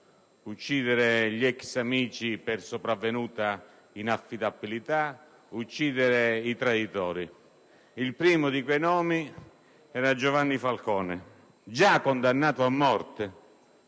uccidere gli ex amici per sovravvenuta inaffidabilità; uccidere i traditori. Il primo di quei nomi era quello di Giovanni Falcone, già condannato a morte